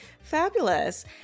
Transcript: fabulous